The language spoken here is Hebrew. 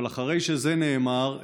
אבל אחרי שזה נאמר,